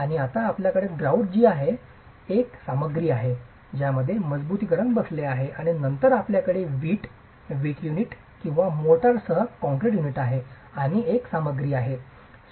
आणि आता आपल्याकडे ग्रॉउट आहे जी एक सामग्री आहे ज्यामध्ये मजबुतीकरण बसले आहे आणि नंतर आपल्याकडे विट विट युनिट किंवा मोर्टारसह काँक्रीट युनिट आहे जी आणखी एक सामग्री आहे